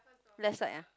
left side ah